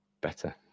better